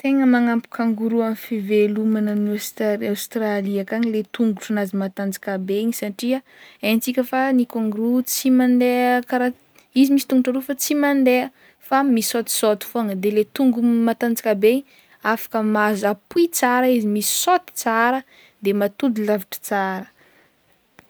Tegna manampy kangoroa amy fivelomagny any Aostr- any Aostralia ankagny le tongotron'azy matanjaka be igny satria haintsika fa ny kangoroa tsy mandeha karana, izy misy tongotro aroa fa tsy mandeha fa misaotisaoty fognany de le tongony matanjaka be igny afaka mahazo appui tsara izy misaoty tsara de mahatody lavitra tsara.